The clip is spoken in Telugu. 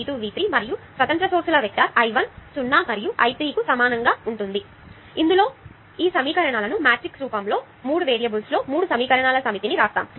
చివరకు ఇది వేరియబుల్స్ యొక్క matrix × vector V 1 V 2 V 3 మరియు స్వతంత్ర సోర్స్ ల వెక్టార్ I1 సున్నా మరియు I3 కు సమానంగా ఉంటుంది ఇందులో చేసినదంతా ఈ సమీకరణాలను మ్యాట్రిక్స్ రూపంలో 3 వేరియబుల్స్లో 3 సమీకరణాల సమితిని రాశాను